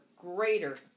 greater